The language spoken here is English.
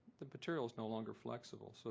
the material is no longer flexible. so